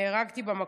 נהרגתי במקום.